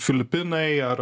filipinai ar